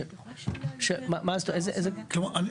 כלומר,